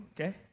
okay